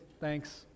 Thanks